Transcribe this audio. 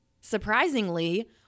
surprisingly